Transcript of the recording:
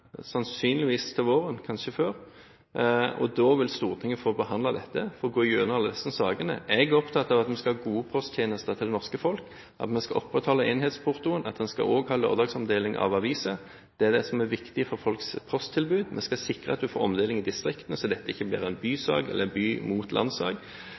sannsynligvis til våren, kanskje før, og da vil Stortinget få behandlet dette og gå gjennom alle disse sakene. Jeg er opptatt av at vi skal ha gode posttjenester til det norske folk, at vi skal opprettholde enhetsportoen, og at en også skal ha lørdagsomdeling av aviser. Det er det som er viktig for folks posttilbud. Vi skal sikre omdeling i distriktene, så dette ikke blir en